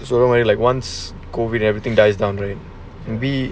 so way like once COVID everything dies down then and we